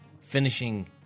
finishing